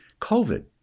COVID